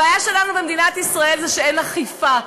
הבעיה שלנו במדינת ישראל זה שאין אכיפה.